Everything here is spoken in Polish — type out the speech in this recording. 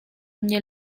mnie